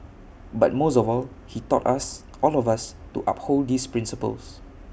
but most of all he taught us all of us to uphold these principles